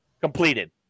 completed